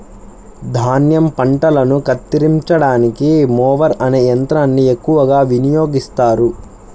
ధాన్యం పంటలను కత్తిరించడానికి మొవర్ అనే యంత్రాన్ని ఎక్కువగా వినియోగిస్తారు